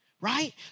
right